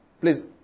Please